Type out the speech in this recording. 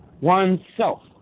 oneself